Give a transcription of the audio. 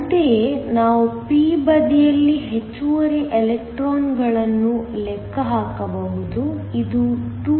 ಅಂತೆಯೇ ನಾವು p ಬದಿಯಲ್ಲಿ ಹೆಚ್ಚುವರಿ ಎಲೆಕ್ಟ್ರಾನ್ಗಳನ್ನು ಲೆಕ್ಕ ಹಾಕಬಹುದು ಇದು 2